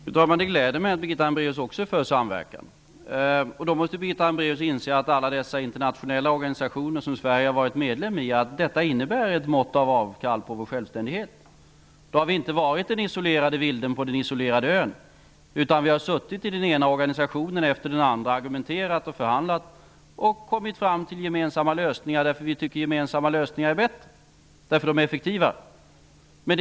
Fru talman! Det gläder mig att också Birgitta Hambraeus är för samverkan. Då måste Birgitta Hambraeus inse att medlemskap i alla dessa internationella organisationer innebär ett mått av avkall på vår självständighet. Vi har inte varit den isolerade vilden på den isolerade ön, utan vi har suttit i den ena organisationen efter den andra och argumenterat och förhandlat och kommit fram till gemensamma lösningar därför att vi tycker att gemensamma lösningar är bättre. De är effektivare.